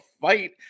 fight